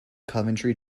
coventry